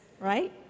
right